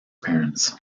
parents